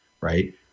right